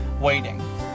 waiting